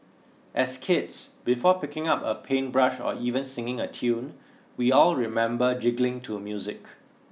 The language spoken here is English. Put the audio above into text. as kids before picking up a paintbrush or even singing a tune we all remember jiggling to music